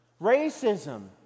Racism